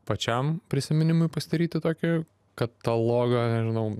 pačiam prisiminimui pasidaryti tokį katalogą nežinau